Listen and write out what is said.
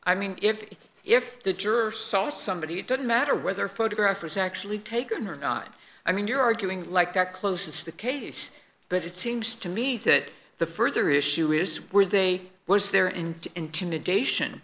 i mean if if the juror saw somebody it didn't matter whether photograph was actually taken or not i mean you're arguing like that closes the case but it seems to me that the further issue is where they was there and intimidation